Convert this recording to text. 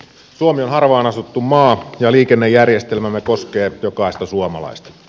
suomi on harvaan asuttu maa ja liikennejärjestelmämme koskee jokaista suomalaista